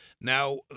now